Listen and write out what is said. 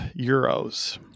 Euros